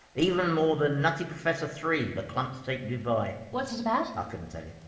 even more than nutty professor three the klumps take dubai. what's it about? i couldn't tell you.